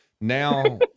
now